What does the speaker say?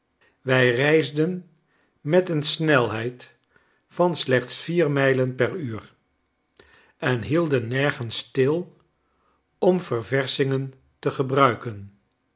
wij reisden met een snelheidvan slechts vier mijlen per uur en hielden nergens stil om ververschingen te gebruiken